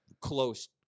Close